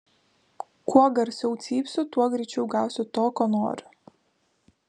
kuo garsiau cypsiu tuo greičiau gausiu to ko noriu